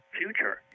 future